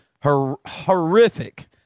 Horrific